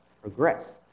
progress